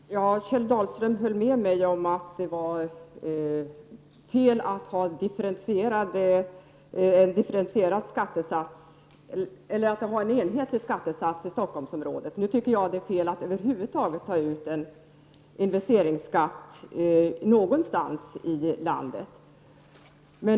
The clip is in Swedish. Herr talman! Kjell Dahlström höll med mig om att det är fel att ha en enhetlig skattesats i Stockholmsområdet. Jag tycker dock att det är fel att över huvud taget ta ut investeringsskatt någonstans i landet.